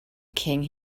king